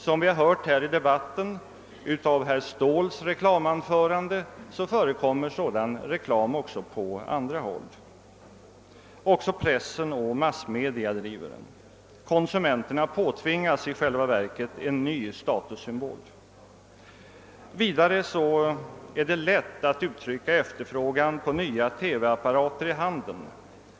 Som vi hörde i herr Ståhls anförande förekommer sådan reklam också på andra håll, även pressen och andra massmedia bedriver den. Konsumenterna påtvingas i själva verket en ny statussymbol. Vidare är det lätt att uttrycka efterfrågan på nya TV-apparater i handeln.